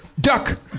Duck